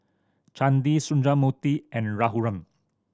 Chandi Sundramoorthy and Raghuram